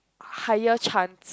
higher chance